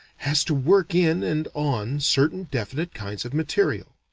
has to work in and on certain definite kinds of material.